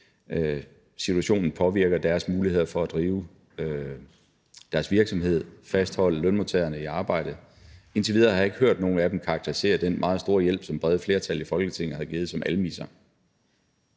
situationen påvirker deres muligheder for at drive deres virksomhed og fastholde lønmodtagerne i arbejde. Indtil videre har jeg ikke hørt nogen af dem karakterisere den meget store hjælp, som det brede flertal i Folketinget har givet, som almisser.